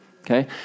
Okay